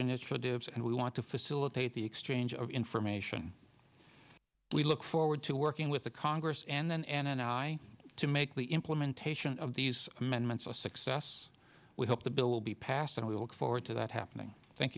initiative and we want to facilitate the exchange of information we look forward to working with the congress and then an eye to make the implementation of these amendments a success we hope the bill will be passed and we look forward to that happening thank